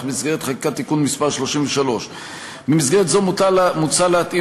במסגרת חקיקת תיקון מס' 33. במסגרת זו מוצע להתאים